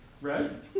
red